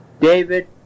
David